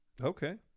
Okay